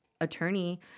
attorney